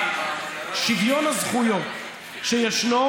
על שוויון הזכויות שישנו.